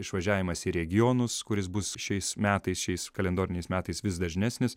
išvažiavimas į regionus kuris bus šiais metais šiais kalendoriniais metais vis dažnesnis